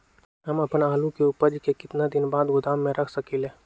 हम अपन आलू के ऊपज के केतना दिन बाद गोदाम में रख सकींले?